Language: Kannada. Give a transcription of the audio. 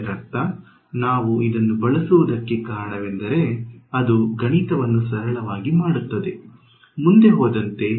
ಇದರರ್ಥ ನಾವು ಇದನ್ನು ಬಳಸುವುದಕ್ಕೆ ಕಾರಣವೆಂದರೆ ಅದು ಗಣಿತವನ್ನು ಸರಳವಾಗಿ ಮಾಡುತ್ತದೆ ಮುಂದೆ ಹೋದಂತೆ